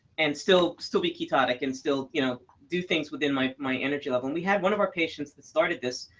and still still be ketonic, and still you know do things within my my energy level. we had one of our patients that started this.